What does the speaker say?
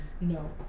No